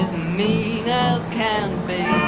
mean as can be